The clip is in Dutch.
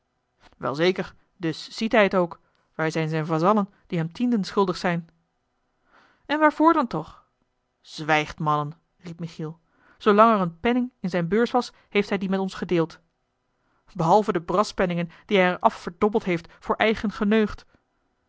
wel zeker dus ziet hij het ook wij zijn zijne vazallen die hem tienden schuldig zijn en waarvoor dan toch zwijgt mannen riep michiel zoolang er een penning in zijne beurs was heeft hij die met ons gedeeld behalve de braspenningen die hij er af verdobbeld heeft voor eigen